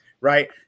right